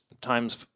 Times